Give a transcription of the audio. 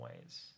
ways